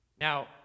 Now